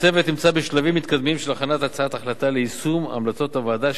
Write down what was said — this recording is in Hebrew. הצוות נמצא בשלבים מתקדמים של הכנת הצעת החלטה ליישום המלצות הוועדה,